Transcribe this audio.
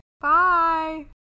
Bye